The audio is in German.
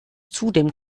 zudem